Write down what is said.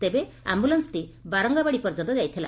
ତେବେ ଆମ୍ଭୁଲେନ୍ୱଟି ବାରଙ୍ଗାବାଡ଼ି ପର୍ଯ୍ୟନ୍ତ ଯାଇଥିଲା